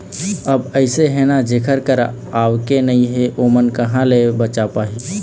अब अइसे हे ना जेखर करा आवके नइ हे ओमन ह कहाँ ले ही बचाय पाही